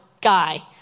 guy